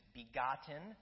begotten